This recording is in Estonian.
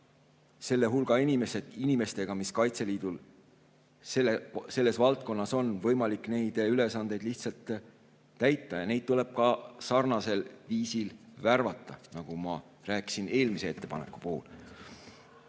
selle hulga inimestega, mis Kaitseliidul selles valdkonnas on, võimalik neid ülesandeid lihtsalt täita ja neid [inimesi] tuleb värvata sarnasel viisil, nagu ma rääkisin eelmise ettepaneku puhul.